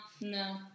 no